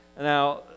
Now